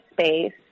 space